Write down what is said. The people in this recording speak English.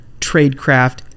tradecraft